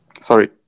sorry